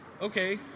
okay